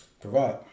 Provide